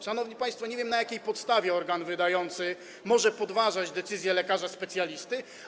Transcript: Szanowni państwo, nie wiem, na jakiej podstawie organ wydający może podważać decyzję lekarza specjalisty.